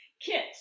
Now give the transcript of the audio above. kit